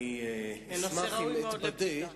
אני אשמח אם אתבדה,